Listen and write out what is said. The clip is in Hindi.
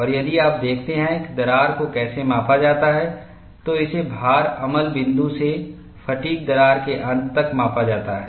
और यदि आप देखते हैं कि दरार को कैसे मापा जाता है तो इसे भार अमल बिंदु से फ़ैटिग् दरार के अंत तक मापा जाता है